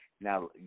now